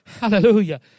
Hallelujah